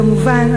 כמובן,